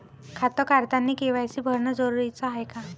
खातं काढतानी के.वाय.सी भरनं जरुरीच हाय का?